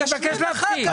אני מבקש להפסיק.